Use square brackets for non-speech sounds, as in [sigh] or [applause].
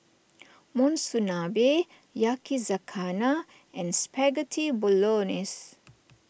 [noise] Monsunabe Yakizakana and Spaghetti Bolognese